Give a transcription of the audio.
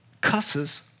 cusses